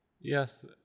Yes